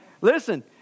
listen